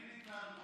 למי ניתנה הנבואה,